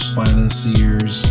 financiers